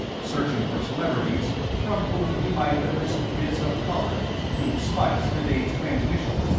searching for celebrities from whom he might elicit bits of color to spice the day's transmission.